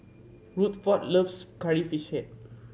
Rutherford loves Curry Fish Head